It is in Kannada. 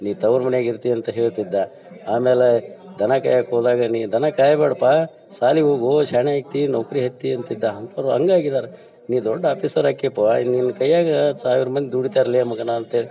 ನೀ ತವ್ರು ಮನೆಗೆ ಇರ್ತಿ ಅಂತ ಹೇಳ್ತಿದ್ದ ಆಮೇಲೆ ದನ ಕಾಯಕ್ಕೆ ಹೋದಾಗ ನೀ ದನ ಕಾಯಬೇಡಪ್ಪ ಸಾಲಿಗೆ ಹೋಗೂ ಶಾಣೆ ಆಗ್ತಿ ನೌಕರಿ ಹತ್ತಿ ಅಂತಿದ್ದ ಅಂಥದ್ದು ಹಂಗಾಗಿದಾರೆ ನೀ ದೊಡ್ಡ ಆಪಿಸರ್ ಆಕಿಯಪ್ಪ ಇಲ್ಲಿ ನಿನ್ನ ಕೈಯಾಗ ಸಾವಿರ ಮಂದಿ ದುಡಿತಾರೆ ಲೇ ಮಗನ ಅಂತ್ಹೇಳಿ